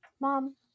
Mom